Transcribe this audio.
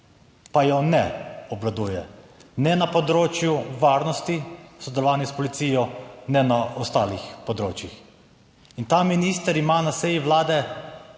Pa jo ne obvladuje, ne na področju varnosti v sodelovanju s policijo, ne na ostalih področjih. In ta minister ima na seji Vlade